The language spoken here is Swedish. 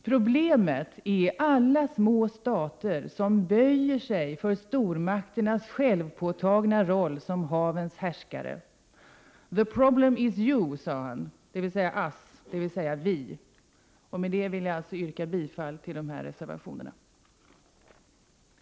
Problemet är alla små stater som böjer sig för stormakternas självpåtagna roll som havens härskare. ”The problem is you”, sade han, dvs. us, dvs. vi! Med detta vill jag yrka bifall till reservationerna 3, 4 och 5.